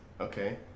Okay